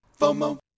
FOMO